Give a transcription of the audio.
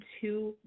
two